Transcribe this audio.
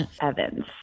Evans